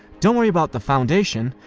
don't worry about the foundation,